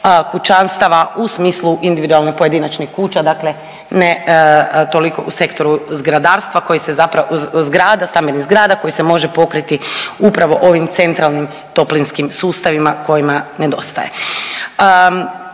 kućanstava u smislu individualnih pojedinačnih kuća, dakle ne toliko u sektoru zgradarstva koji se zapravo, zgrada, stambenih zgrada koji se može pokriti upravo ovim centralnim toplinskim sustavima kojima nedostaje.